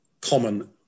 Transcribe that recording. common